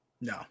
No